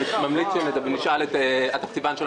שני מיליארד שקל יותר ממה שהם צפו בשנת התקציב,